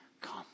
come